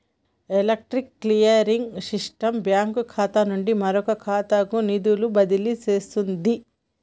electronic clearing system bank ఖాతా నుండి మరొక ఖాతాకు నిధులు బదిలీ చేస్తుంది